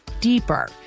deeper